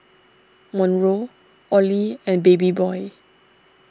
Monroe Olie and Babyboy